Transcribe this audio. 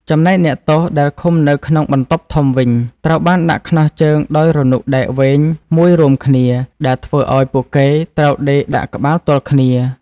ចំណែកអ្នកទោសដែលឃុំនៅក្នុងបន្ទប់ធំវិញ ត្រូវបានដាក់ខ្នោះជើងដោយរនុកដែកវែងមួយរួមគ្នា ដែលធ្វើឱ្យពួកគេត្រូវដេកដាក់ក្បាលទល់គ្នា។